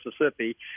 Mississippi